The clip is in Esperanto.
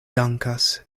dankas